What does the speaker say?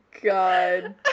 God